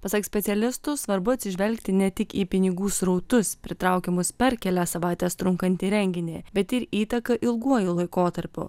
pasak specialistų svarbu atsižvelgti ne tik į pinigų srautus pritraukiamus per kelias savaites trunkantį renginį bet ir įtaką ilguoju laikotarpiu